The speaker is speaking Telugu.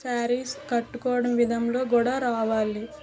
శారీస్ కట్టుకోవడం విధం కూడా రావాలి